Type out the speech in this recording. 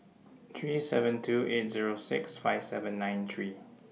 three seven two eight Zero six five seven nine three